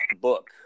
book